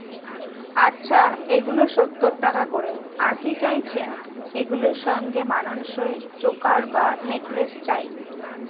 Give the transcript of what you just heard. আচ্ছা এগুলো সত্তর টাকা করে আর কি চাইছেন এগুলোর সঙ্গে মানানসই চোকার বা নেকলেস চাই